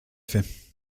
fait